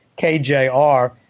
KJR